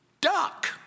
duck